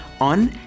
on